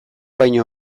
baino